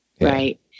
right